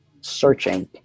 searching